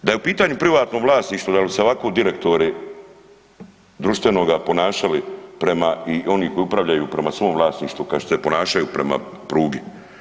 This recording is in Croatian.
Da je u pitanju privatno vlasništvo da li bi se ovako direktori društvenoga ponašali prema i oni koji upravljaju prema svom vlasništvu kao što se ponašaju prema prugi?